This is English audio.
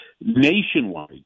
nationwide